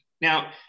Now